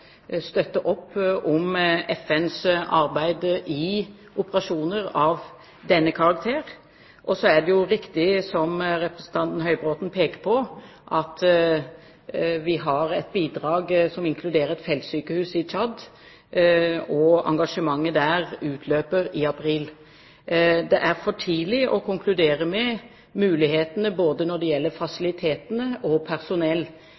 støtte opp om FNs arbeid i operasjoner av denne karakter. Så er det riktig – som representanten Høybråten peker på – at vi har et bidrag, som inkluderer et feltsykehus, i Tsjad. Engasjementet der utløper i april. Det er for tidlig å konkludere med mulighetene når det gjelder både fasilitetene og personell.